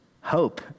hope